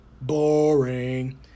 boring